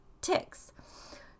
ticks